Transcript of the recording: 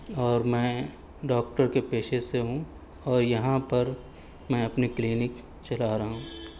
اور میں ڈاکٹر کے پیشے سے ہوں اور یہاں پر میں اپنی کلینک چلا رہا ہوں